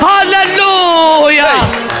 Hallelujah